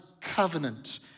covenant